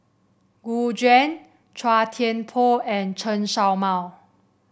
Gu Juan Chua Thian Poh and Chen Show Mao